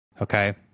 Okay